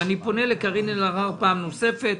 אני פונה אל קארין אלהרר פעם נוספת,